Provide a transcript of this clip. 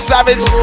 Savage